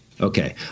okay